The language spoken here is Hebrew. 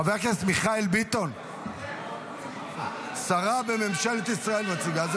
חבר הכנסת מיכאל ביטון, שרה בממשלת ישראל מציגה.